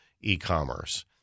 e-commerce